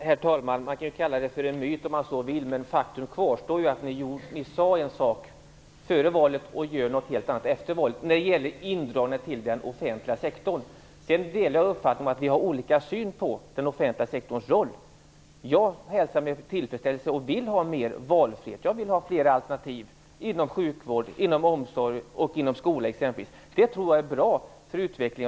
Herr talman! Man kan kalla det jag sade för en myt om man så vill, men faktum kvarstår. Ni sade en sak före valet och ni gör något helt annat efter det när det gäller indragningar i den offentliga sektorn. Jag delar uppfattningen att vi har olika syn på den offentliga sektorns roll. Jag vill ha, och hälsar med tillfredsställelse, mer valfrihet. Jag vill ha fler alternativ inom exempelvis sjukvård, omsorg och skola. Det tror jag är bra för utvecklingen.